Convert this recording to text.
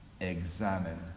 examine